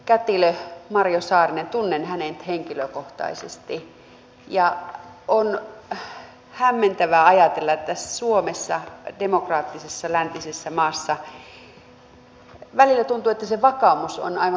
kätilö marjo saarisen tunnen henkilökohtaisesti ja on hämmentävää ajatella että suomessa demokraattisessa läntisessä maassa välillä tuntuu että se vakaumus on aivan kuin kirosana